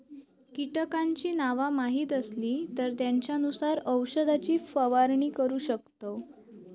कीटकांची नावा माहीत असली तर त्येंच्यानुसार औषधाची फवारणी करू शकतव